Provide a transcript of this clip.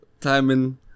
Timing